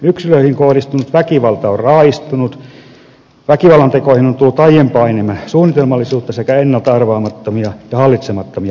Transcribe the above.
yksilöihin kohdistuva väkivalta on raaistunut väkivallantekoihin on tullut aiempaa enemmän suunnitelmallisuutta sekä ennalta arvaamattomia ja hallitsemattomia piirteitä